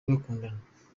bakundana